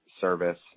service